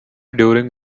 during